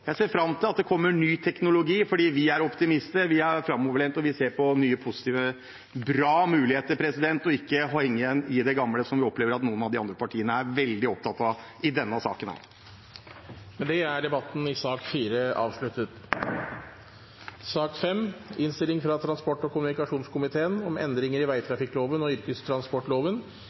Jeg ser fram til at det kommer ny teknologi. Vi er optimister, vi er framoverlente, og vi ser positivt på nye, bra muligheter og henger ikke igjen i det gamle, som vi opplever at noen av de andre partiene er veldig opptatt av i denne saken. Flere har ikke bedt om ordet til sak nr. 4. Etter ønske fra transport- og kommunikasjonskomiteen vil presidenten ordne debatten slik: 3 minutter til hver partigruppe og